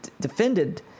defended